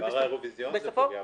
כבר האירוויזיון פוגע בתאגיד.